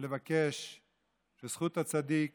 ולבקש שזכות הצדיק